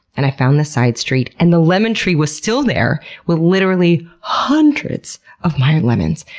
and i found the side street, and the lemon tree was still there with literally hundreds of meyer lemons.